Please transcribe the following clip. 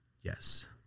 yes